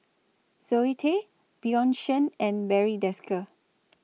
Zoe Tay Bjorn Shen and Barry Desker